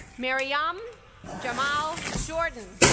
maryum jamal jordan,